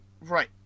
Right